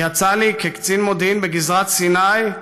יצא לי, כקצין מודיעין בגזרת סיני,